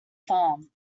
farm